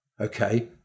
okay